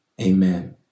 amen